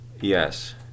Yes